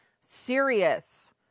serious